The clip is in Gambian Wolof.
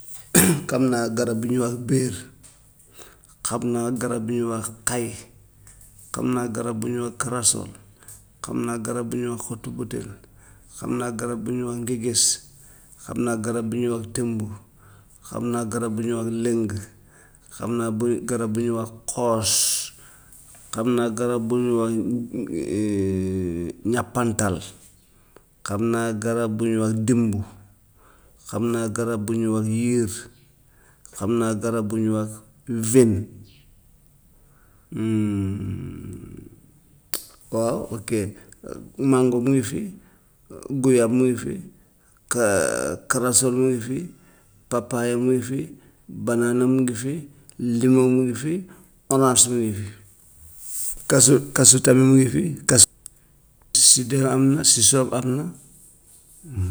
kam naa garab bu ñuy wax béer, xam naa garab bu ñuy wax xay, xam naa garab bu ñuy wax karasol, xam naa garab bu ñuy wax xott-butéel, xam naa garab bu ñuy wax ngigis, xam naa garab bu ñuy wax temb, xam naa garab bu ñuy wax lëng, xam naa bu garab bu ñuy wax xoos, xam naa garab bu ñuy wax ñàmpantal, xam naa garab bu ñuy wax dimb, xam naa garab bu ñuy wax yéef, xam naa garab bu ñuy wax vène. Waaw ok mango mu ngi fi, goyaab mi ngi fi, ka- karasol mu ngi fi, papaaya mu ngi fi, baanaana mu ngi fi, limo mu ngi fi, oraas mu ngi fi, kasu, kasu tamit mu ngi fi, kasu, sidéem am na, sisoob am na.